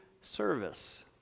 service